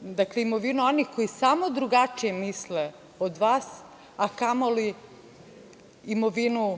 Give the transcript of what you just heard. dakle imovinu onih koji samo drugačije misle od vas, a kamoli imovinu